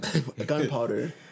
gunpowder